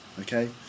okay